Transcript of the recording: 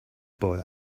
boy